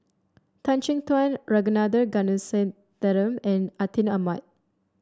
Tan Chin Tuan Ragunathar Kanagasuntheram and Atin Amat